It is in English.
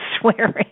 swearing